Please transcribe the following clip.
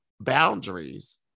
boundaries